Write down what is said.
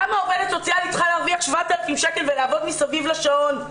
למה עובדת סוציאלית צריכה להרוויח 7,000 שקל ולעבוד מסביב לשעון?